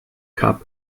cup